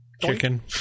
Chicken